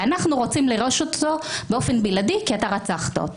ואנחנו רוצים לרשת אותו באופן בלעדי כי אתה רצחת אותה.